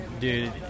dude